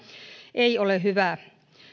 ei ole hyvä